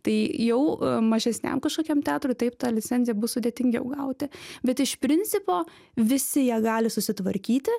tai jau mažesniam kažkokiam teatrui taip tą licenciją bus sudėtingiau gauti bet iš principo visi jie gali susitvarkyti